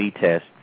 test